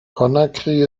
conakry